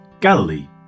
Galilee